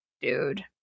dude